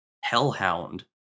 hellhound